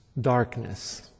Darkness